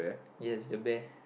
yes the bear